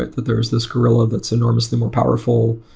that there's this gorilla that's enormously more powerful.